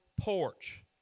porch